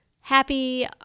happy